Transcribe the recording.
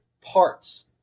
parts